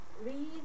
read